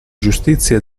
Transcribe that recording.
giustizia